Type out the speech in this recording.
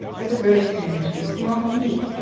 that the rose comb should be small and neat,